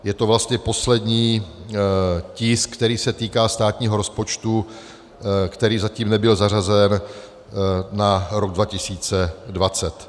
Je to vlastně poslední tisk, který se týká státního rozpočtu, který zatím nebyl zařazen na rok 2020.